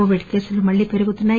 Covid కేసులు మళ్లీ పెరుగుతున్నాయి